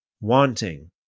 wanting